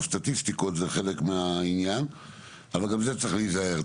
סטטיסטיקות זה חלק מהעניין אבל גם זה צריך להיזהר.